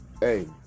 Hey